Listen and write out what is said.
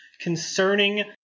concerning